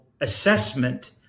assessment